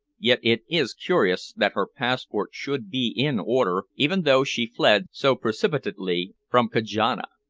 yet it is curious that her passport should be in order even though she fled so precipitately from kajana.